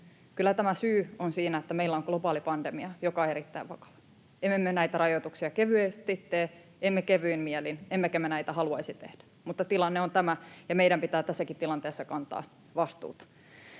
Kyllä tämä syy on siinä, että meillä on globaali pandemia, joka on erittäin vakava. Emme me näitä rajoituksia kevyesti tee, emme kevyin mielin, emmekä me näitä haluaisi tehdä, mutta tilanne on tämä, ja meidän pitää tässäkin tilanteessa kantaa vastuuta.